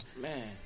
Man